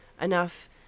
enough